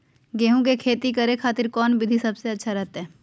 गेहूं के खेती करे खातिर कौन विधि सबसे अच्छा रहतय?